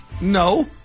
no